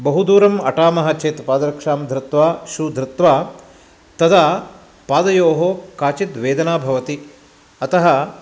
बहु दूरम् अटामः चेत् पादरक्षां धृत्वा शू धृत्वा तदा पादयोः काचित् वेदना भवति अतः